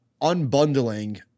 Unbundling